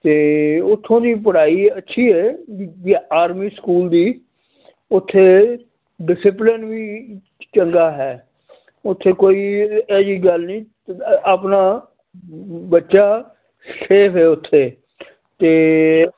ਅਤੇ ਉੱਥੋਂ ਦੀ ਪੜ੍ਹਾਈ ਅੱਛੀ ਹੈ ਵੀ ਵੀ ਆਰਮੀ ਸਕੂਲ ਦੀ ਉੱਥੇ ਡਿਸਿਪਲਨ ਵੀ ਚੰਗਾ ਹੈ ਉੱਥੇ ਕੋਈ ਇਹੋ ਜਿਹੀ ਗੱਲ ਨਹੀਂ ਅ ਆਪਣਾ ਬੱਚਾ ਸੇਫ ਹੈ ਉੱਥੇ ਅਤੇ